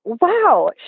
wow